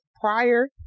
prior